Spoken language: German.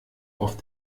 auf